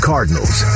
Cardinals